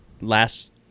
last